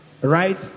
right